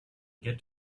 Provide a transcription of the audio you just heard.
get